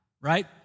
right